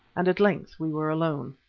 and at length we were alone.